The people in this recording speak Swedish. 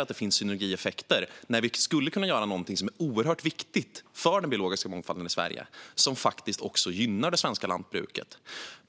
att det finns synergieffekter. Vi skulle kunna göra någonting som är oerhört viktigt för den biologiska mångfalden i Sverige och som faktiskt också gynnar det svenska lantbruket.